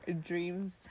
dreams